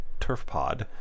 TurfPod